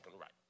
right